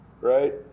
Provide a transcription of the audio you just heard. right